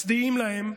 מצדיעים להם,